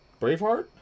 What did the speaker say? Braveheart